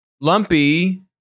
lumpy